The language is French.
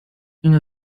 une